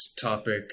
topic